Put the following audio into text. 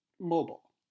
mobile